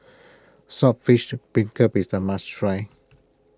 Saltfish Beancurd is a must try